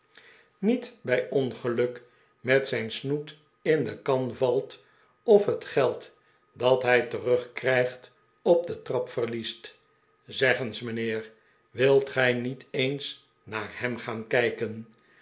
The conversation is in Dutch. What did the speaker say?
niet bij ongeluk met zijn snoet in de kan valt of het geld dat hij terug krijgt op de trap verliest zeg eens mijnheer wilt gij niet eens naar hem gaan kijken